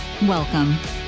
welcome